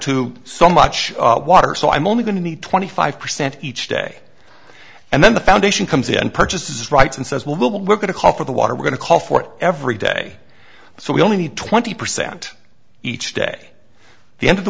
to so much water so i'm only going to need twenty five percent each day and then the foundation comes in and purchases rights and says well we're going to call for the water we're going to call for every day so we only need twenty percent each day the end of the